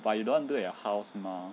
but you don't want do at your house mah